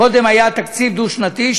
קודם היה תקציב דו-שנתי,